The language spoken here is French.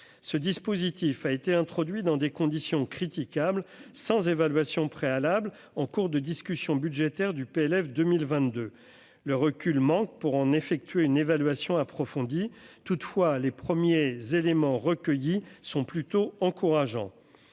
ce dispositif a été introduit dans des conditions critiquables sans évaluation préalable en cours de discussion budgétaire du PLF 2022 le recul manque pour en effectuer une évaluation approfondie, toutefois, les premiers éléments recueillis sont plutôt encourageants